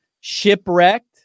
shipwrecked